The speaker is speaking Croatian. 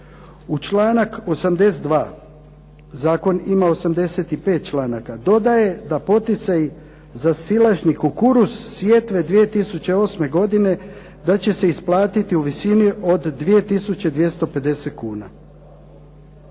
u članak 82., Zakon ima 85. članaka dodaje da poticaji za silažnji kukuruz sjetve 2008. godine da će se isplatiti u visini od 2250 kuna.